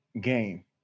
game